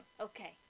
Okay